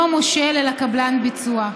אינו מושל, אלא קבלן ביצוע,